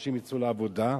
ושאנשים יצאו לעבודה,